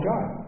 God